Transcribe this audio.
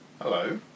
Hello